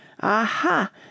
Aha